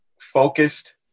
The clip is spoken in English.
Focused